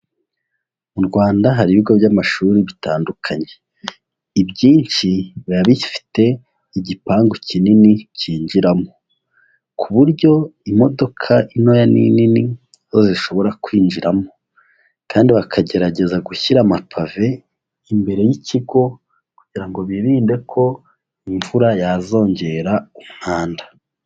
Mu Rwanda hari ibigo by'amashuri bitandukanye, ibyinshi biba bifite igipangu kinini cyinjiramo ku buryo imodoka intoya n'inini zishobora kwinjiramo kandi bakagerageza gushyira amapave imbere y'ikigo kugira ngo birinde ko imvura yazongera umwanda.